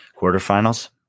quarterfinals